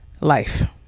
life